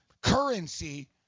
currency